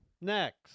Next